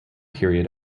period